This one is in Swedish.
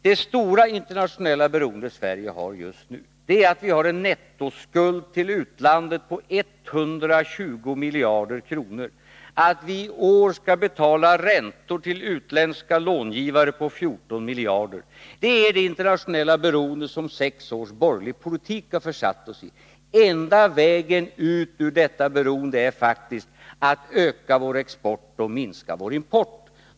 Det stora internationella beroendet Sverige har just nu består i att vi har en nettoskuld till utlandet på 120 miljarder kronor, att vi i år skall betala räntor till utländska långivare på 14 miljarder. Det är det internationella beroende som sex års borgerlig politik har försatt oss i. Den enda vägen ut ur detta beroende är faktiskt att öka vår export och minska vår import.